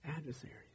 Adversaries